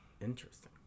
interesting